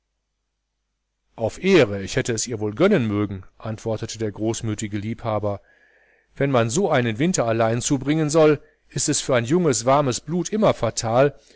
auf ehre ich hätte es ihr wohl gönnen mögen antwortete der großmütige liebhaber wenn man so einen winter allein zubringen soll ist es für ein junges warmes blut immer fatal